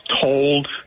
told